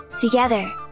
Together